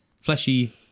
fleshy